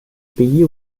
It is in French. pays